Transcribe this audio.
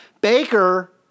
Baker